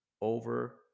over